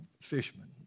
fisherman